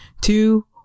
two